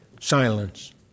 Silence